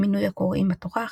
מינוי הקוראים בתורה,